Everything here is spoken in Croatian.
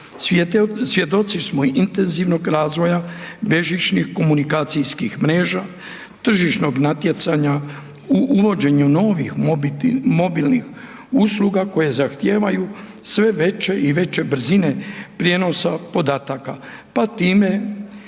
svjedoci smo intenzivnog razvoja bežičnih komunikacijskih mreža, tržišnog natjecanja u uvođenju novih mobilnih usluga koje zahtijevaju sve veće i veće brzine prijenosa podataka. Pa time